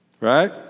right